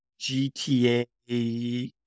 GTA